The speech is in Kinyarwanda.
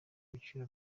biciro